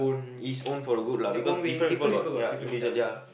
is own for your good lah because different people got ya individual ya